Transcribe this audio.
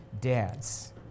dads